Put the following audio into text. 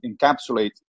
encapsulate